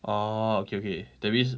orh okay okay that means